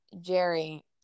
Jerry